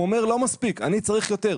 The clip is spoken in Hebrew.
הוא אומר שלא מספיק, הוא צריך יותר.